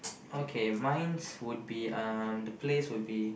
okay mine's would be um the place would be